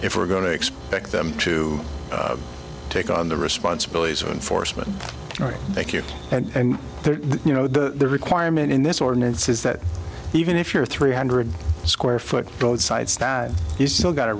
if we're going to expect them to take on the responsibilities of enforcement right thank you and you know the requirement in this ordinance is that even if you're three hundred square foot roadside stand you still got